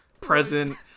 present